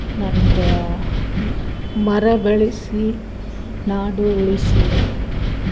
ನನ್ಗ ಮರ ಗಳಿಸಿ ನಾಡು ಉಳಿಸಿ